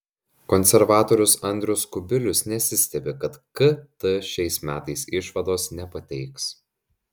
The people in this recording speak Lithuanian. konservatorius andrius kubilius nesistebi kad kt šiais metais išvados nepateiks